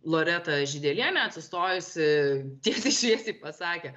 loreta žydelienė atsistojusi tiesiai šviesiai pasakė